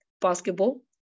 basketball